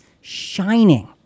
shining